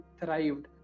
thrived